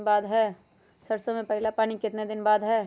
सरसों में पहला पानी कितने दिन बाद है?